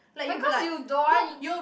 because you don't want you